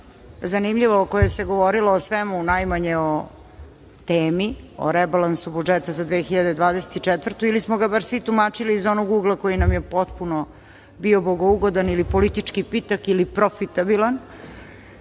zanimljiva, u kojoj se govorilo o svemu, najmanje o temi, o rebalansu budžeta za 2024. godinu, ili smo ga bar svi tumačili iz onog ugla koji nam je potpuno bio bogougodan, ili politički pitak, ili profitabilan,